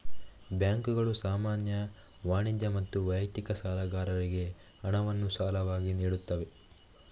ಬ್ಯಾಂಕುಗಳು ಸಾಮಾನ್ಯ, ವಾಣಿಜ್ಯ ಮತ್ತು ವೈಯಕ್ತಿಕ ಸಾಲಗಾರರಿಗೆ ಹಣವನ್ನು ಸಾಲವಾಗಿ ನೀಡುತ್ತವೆ